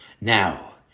Now